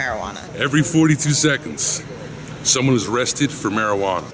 marijuana every forty two seconds someone is arrested for marijuana